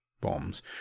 bombs